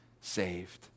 saved